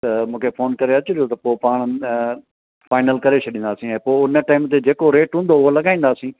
त मूंखे फोन करे अचिजो त पोइ पाण फाइनल करे छॾींदासीं ऐं पोइ उन टाइम ते जेको रेट हूंदो उहो लॻाईंदासीं